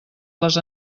les